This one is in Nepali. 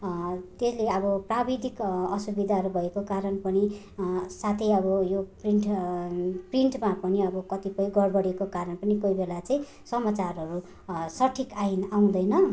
त्यसले अब प्राविधिक असुविधाहरू भएको कारण पनि साथै अब यो प्रिन्ट प्रिन्टमा पनि अब कतिपय गडबडीको कारण पनि कोही बेला चाहिँ समाचारहरू सठिक आइन आउँदैन